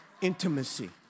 Intimacy